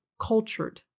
cultured